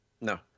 No